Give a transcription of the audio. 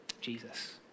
Jesus